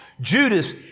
Judas